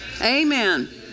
Amen